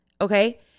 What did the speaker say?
Okay